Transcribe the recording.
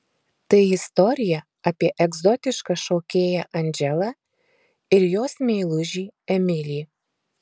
tai istorija apie egzotišką šokėją andželą ir jos meilužį emilį